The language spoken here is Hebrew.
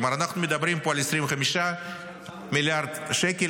כלומר, אנחנו מדברים פה על 25 מיליארד שקלים.